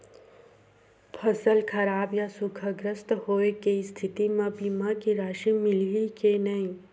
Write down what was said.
फसल खराब या सूखाग्रस्त होय के स्थिति म बीमा के राशि मिलही के नही?